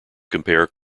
compare